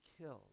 killed